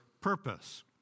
purpose